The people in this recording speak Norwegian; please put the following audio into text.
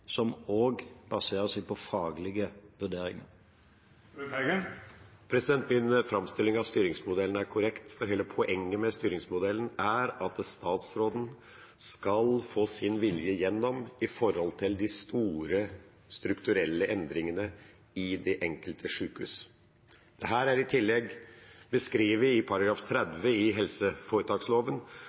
som også baserer seg på faglige vurderinger. Min framstilling av styringsmodellen er korrekt. Hele poenget med styringsmodellen er at statsråden skal få sin vilje igjennom når det gjelder de store strukturelle endringene i det enkelte sykehus. Dette er i tillegg beskrevet i § 30 i helseforetaksloven,